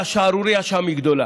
והשערורייה שם היא גדולה.